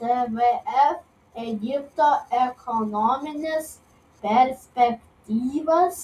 tvf egipto ekonomines perspektyvas